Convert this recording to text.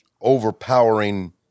overpowering